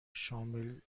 شامل